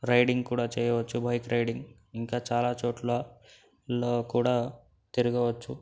riding కూడా చేయవచ్చు bike riding ఇంకా చాలా చోట్లలో కూడా తిరగవచ్చు